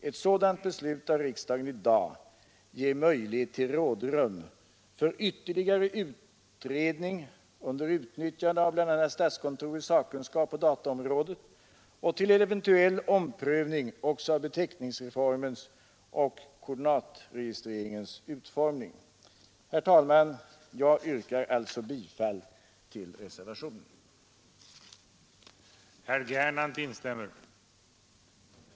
Ett sådant beslut av riksdagen i dag ger rådrum för ytterligare utredning, under utnyttjande av bl.a. statskontorets sakkunskap på dataområdet, och möjlighet till eventuell omprövning också av beteckningsreformens och koordinatregistreringens utformning. Herr talman! Jag yrkar alltså bifall till reservationen vid civilutskottets betänkande.